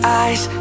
eyes